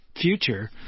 future